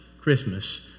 Christmas